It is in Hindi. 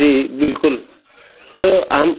जी बिल्कुल तो हम